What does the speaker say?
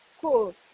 Cool